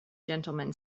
gentlemen